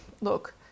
look